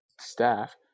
staff